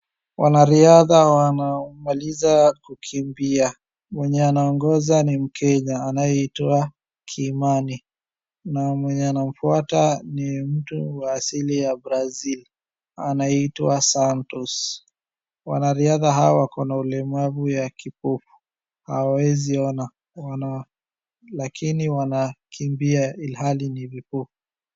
Wanariadha wanamaliza kukimbia. Mwenye anaongoza ni Mkenya anayeitwa Kimani, na mwenye anamfuata ni mtu wa asili ya Brazil anayeitwa Santos. Wanariadha hawa wako na ulemavu ya kipofu, hawawezi ona, lakini wanakimbia ilhali ni vipofu.